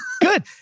Good